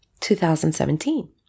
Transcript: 2017